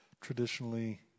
traditionally